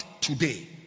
today